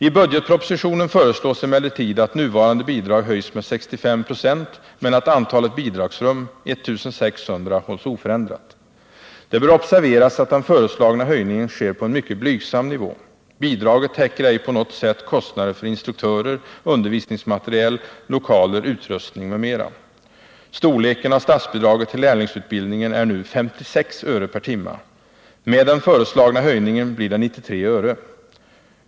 I budgetpropositionen föreslås emellertid att nuvarande bidrag höjs med 65 96 men att antalet bidragsrum, 1 600, hålls oförändrat. Det bör observeras att den föreslagna höjningen sker på en mycket blygsam nivå. Bidraget täcker ej på något sätt kostnaderna för instruktörer, undervisningsmaterial, lokaler, utrustning m.m. Storleken av statsbidraget till läringsutbildning är nu 56 öre per timme. Med den föreslagna höjningen blir det 93 öre.